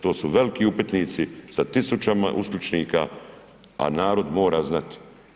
To su veliki upitnici, sa tisućama uskličnika, a narod mora znati.